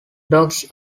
dogs